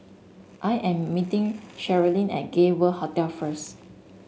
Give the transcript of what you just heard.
I am meeting Sherilyn at Gay World Hotel first